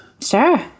sure